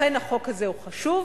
לכן החוק הזה הוא חשוב,